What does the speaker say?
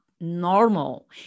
normal